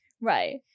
Right